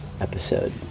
episode